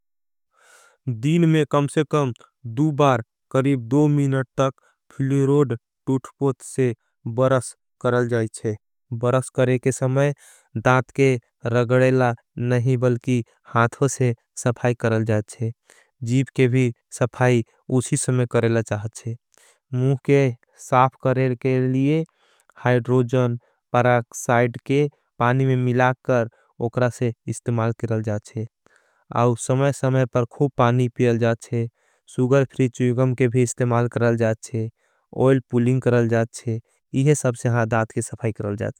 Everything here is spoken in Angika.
दीन में कम से कम दू बार करीब दो मिनट तक। फ्लूरोड टूठपोथ से बरस करल जाएच्छे बरस करेके। समय दात के रगडेला नहीं बलकी हाथो से सफाई। करल जाएच्छे जीब के भी सफाई उसी समय करल। चाहचे मुझ के साफ करेके लिए हाईड्रोजन पराक्साइड। के पानी में मिलाकर उकरा से इस्तेमाल करल जाएच्छे। आउ समय समय पर खुब पानी पीरल जाएच्छे सुगर फ्रीच। विगम के भी इस्तेमाल करल जाएच्छे ओयल पूलिंग करल। जाएच्छे इहे सबसे हाँ दात के सफाय करल जाएच्छे